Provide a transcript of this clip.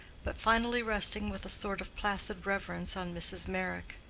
but finally resting with a sort of placid reverence on mrs. meyrick.